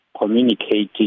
communicating